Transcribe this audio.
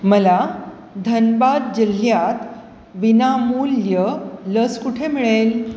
मला धनबाद जिल्ह्यात विनामूल्य लस कुठे मिळेल